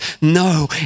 No